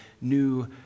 new